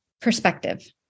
perspective